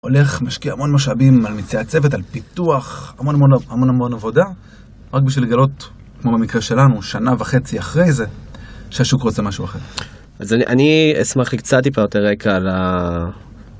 הולך, משקיע המון משאבים על מציאת צוות, על פיתוח, המון המון עבודה רק בשביל לגלות, כמו במקרה שלנו, שנה וחצי אחרי זה שהשוק רוצה משהו אחר. אז אני אשמח קצת, טיפה יותר רגע, על ה...